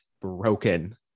broken